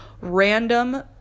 random